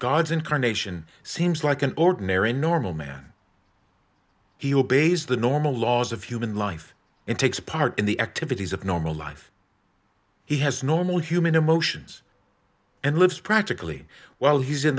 god's incarnation seems like an ordinary normal man he obeys the normal laws of human life and takes part in the activities of normal life he has normal human emotions and lives practically while he's in